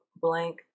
blank